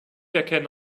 erkenne